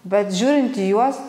bet žiūrint į juos